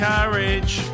Courage